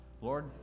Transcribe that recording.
Lord